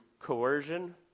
coercion